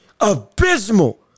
abysmal